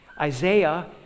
Isaiah